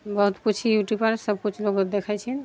बहुत किछु यूट्यूब पर सब किछु लोग देखैत छै